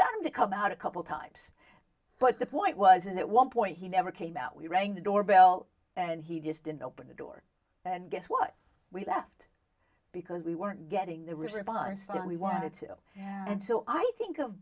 got him to come out a couple times but the point wasn't at one point he never came out we rang the doorbell and he just didn't open the door and guess what we left because we weren't getting the response time we wanted to and so i think of